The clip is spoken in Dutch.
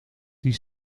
die